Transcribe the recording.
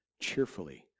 cheerfully